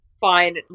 fine